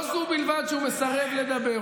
לא זו בלבד שהוא מסרב לדבר,